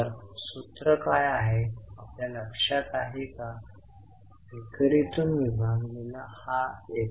तर कर आपल्याला नेहमी लक्षात ठेवावा लागेल की तो दोनदा येईल